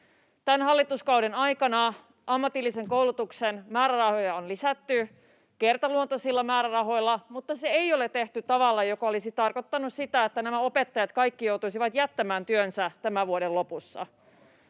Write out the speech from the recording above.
Tämän hallituskauden aikana ammatillisen koulutuksen määrärahoja on lisätty kertaluontoisilla määrärahoilla, mutta sitä ei ole tehty tavalla, joka olisi tarkoittanut sitä, että nämä kaikki opettajat joutuisivat jättämään työnsä tämän vuoden lopussa.